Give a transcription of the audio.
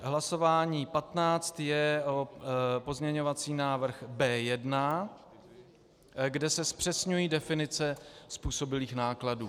Hlasování patnáct je pozměňovací návrh B1, kde se zpřesňují definice způsobilých nákladů.